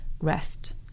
rest